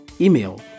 email